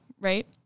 right